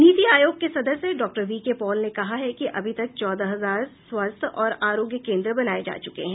नीति आयोग के सदस्य डॉक्टर वी के पॉल ने कहा है कि अभी तक चौदह हजार स्वास्थ्य और आरोग्य केन्द्र बनाए जा चुके हैं